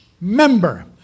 member